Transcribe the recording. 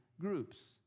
groups